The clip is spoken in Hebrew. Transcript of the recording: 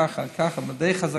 ככה, ככה, ודי חזקות.